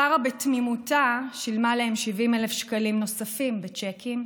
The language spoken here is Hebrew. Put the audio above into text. שרה בתמימותה שילמה להם 70,000 שקלים נוספים בצ'קים,